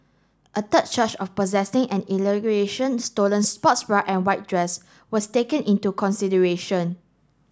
a third charge of possessing an allegation stolen sports bra and white dress was taken into consideration